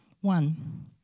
One